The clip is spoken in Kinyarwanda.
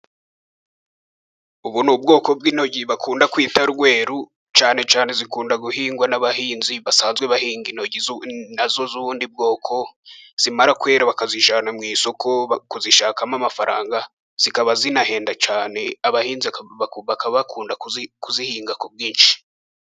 Ubu ni ubwoko bw'intoryi bakunda kwita rweru, cyane cyane zikunda guhingwa n'abahinzi basanzwe bahinga intoryi nazo z'ubundi bwoko, zimara kwera bakazijyana mu isoko kuzishakamo amafaranga, zikaba zinahenda cyane, abahinzi bakaba bakunda kuzihinga ku bwinshi.